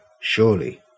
Surely